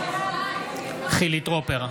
בעד, בעד חילי טרופר,